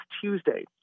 Tuesday